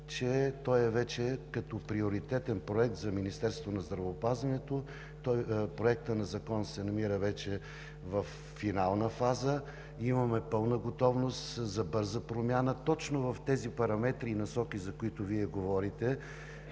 че той е вече приоритетен проект за Министерството на здравеопазването. Този Проект на закона се намира вече във финална фаза, имаме пълна готовност за бърза промяна точно в тези параметри и насоки, за които Вие говорите,